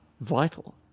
vital